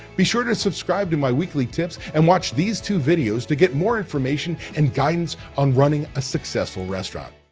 be sure to subscribe to my weekly tips and watch these two videos to get more information and guidance on running a successful restaurant.